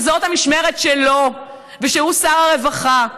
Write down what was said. שזאת המשמרת שלו ושהוא שר הרווחה,